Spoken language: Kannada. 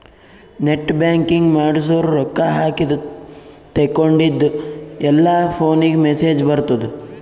ನೆಟ್ ಬ್ಯಾಂಕಿಂಗ್ ಮಾಡ್ಸುರ್ ರೊಕ್ಕಾ ಹಾಕಿದ ತೇಕೊಂಡಿದ್ದು ಎಲ್ಲಾ ಫೋನಿಗ್ ಮೆಸೇಜ್ ಬರ್ತುದ್